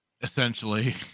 essentially